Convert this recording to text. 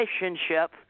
relationship